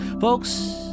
Folks